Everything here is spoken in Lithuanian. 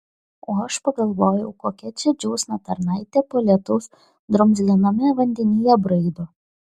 o aš pagalvojau kokia čia džiūsna tarnaitė po lietaus drumzliname vandenyje braido